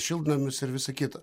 šiltnamius ir visa kita